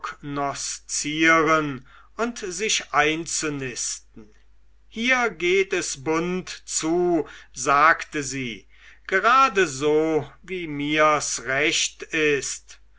und sich einzunisten hier geht es bunt zu sagte sie gerade so wie mir's recht ist